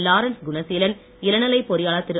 Lawrence Gunaseelan இளநிலை பொறியாளர் திரு